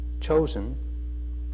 chosen